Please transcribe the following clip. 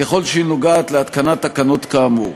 ככל שהיא נוגעת בהתקנת תקנות כאמור.